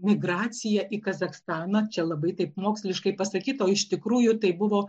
migraciją į kazachstaną čia labai taip moksliškai pasakyta o iš tikrųjų tai buvo